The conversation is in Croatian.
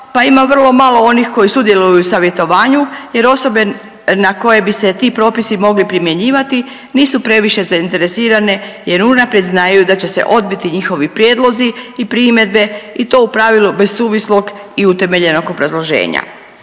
pa ima vrlo malo onih koji sudjeluju u savjetovanju, jer osobe na koje bi se ti propisi mogli primjenjivati nisu previše zainteresirane jer unaprijed znaju da će se odbiti njihovi prijedlozi i primjedbe i to u pravilu bez suvislog i utemeljenog obrazloženja.